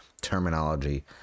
terminology